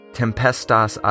tempestas